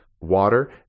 water